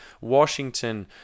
Washington